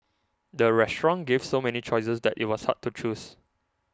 the restaurant gave so many choices that it was hard to choose